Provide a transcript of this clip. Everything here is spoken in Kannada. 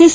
ಎಸ್